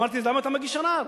אמרתי, אז למה אתה מגיש ערר?